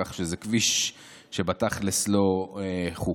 כך שזה כביש שבתכלס לא חוקי,